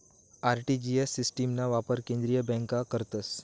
RTGS सिस्टिमना वापर केंद्रीय बँका करतस